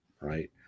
right